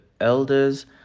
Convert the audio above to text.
elders